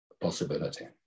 possibility